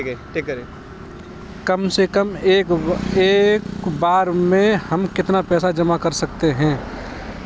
कम से कम एक बार में हम कितना पैसा जमा कर सकते हैं?